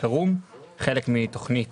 חלק מתוכנית